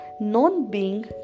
Non-being